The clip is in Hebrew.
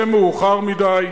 זה מאוחר מדי,